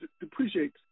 depreciates